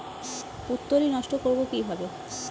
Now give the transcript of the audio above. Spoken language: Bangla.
পুত্তলি নষ্ট করব কিভাবে?